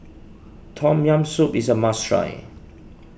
Tom Yam Soup is a must try